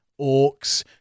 orcs